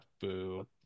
Boo